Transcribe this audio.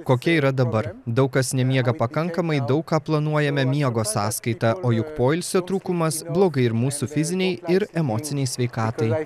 kokia yra dabar daug kas nemiega pakankamai daug ką planuojame miego sąskaita o juk poilsio trūkumas blogai ir mūsų fizinei ir emocinei sveikatai